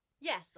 Yes